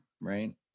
right